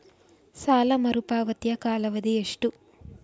ಸಾಲ ಮರುಪಾವತಿಯ ಕಾಲಾವಧಿ ಎಷ್ಟು?